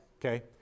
Okay